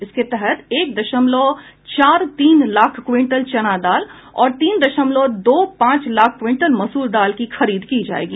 इसके तहत एक दमशलव चार तीन लाख क्विंटल चना दाल और तीन दशमलव दो पांच लाख क्विंटल मसूर दाल की खरीद की जायेगी